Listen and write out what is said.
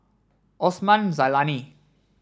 Osman Zailani